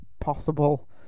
possible